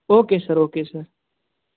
okay sir okay sir